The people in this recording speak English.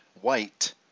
White